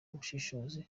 ubushishozi